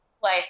play